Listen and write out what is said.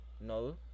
No